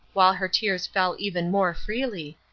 while her tears fell even more freely,